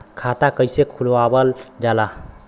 खाता कइसे खुलावल जाला?